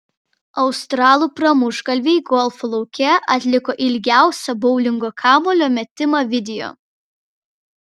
australų pramuštgalviai golfo lauke atliko ilgiausią boulingo kamuolio metimą video